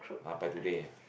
ah by today ah